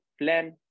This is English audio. plan